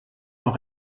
noch